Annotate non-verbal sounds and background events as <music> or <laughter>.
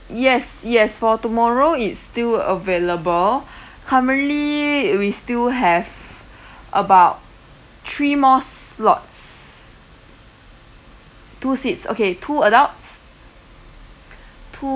yes yes for tomorrow it's still available <breath> currently we still have <breath> about three more slots two seats okay two adults two